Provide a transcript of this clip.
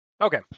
Okay